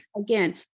again